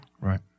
Right